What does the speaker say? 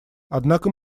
однако